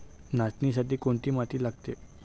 नाचणीसाठी कोणती माती लागते?